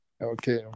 Okay